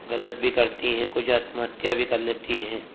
गलत भी करती हैं कुछ आत्महत्या भी कर लेती हैं